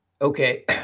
Okay